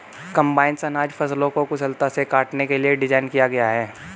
combines अनाज फसलों को कुशलता से काटने के लिए डिज़ाइन किया गया है